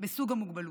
בסוג המוגבלות.